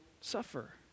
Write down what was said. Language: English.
suffer